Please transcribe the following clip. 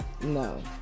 No